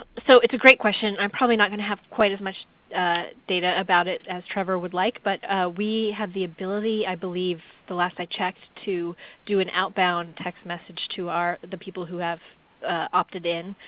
so it's a great question. i'm probably not going to have quite as much data about it as trevor would like, but we have the ability i believe, the last i checked to do an outbound text message to the people who have opted in